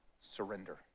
surrender